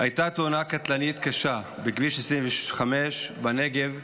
הייתה תאונה קטלנית קשה בכביש 25 בנגב,